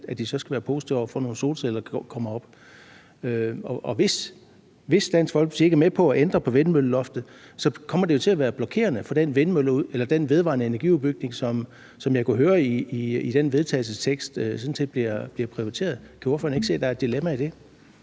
at de skal være positive over for, at nogle solceller kommer op. Hvis Dansk Folkeparti ikke er med på at ændre på vindmølleloftet, kommer det jo til at være blokerende for den udbygning af vedvarende energi, som jeg kunne høre sådan set bliver prioriteret i den vedtagelsestekst. Kan ordføreren ikke se, at der er et dilemma i det?